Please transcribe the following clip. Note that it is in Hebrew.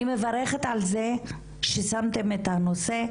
אני מברכת על זה ששמתם את הנושא,